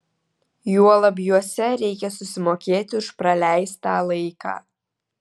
juolab juose reikia susimokėti už praleistą laiką